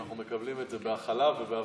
אנחנו מקבלים את זה בהכלה ובהבנה.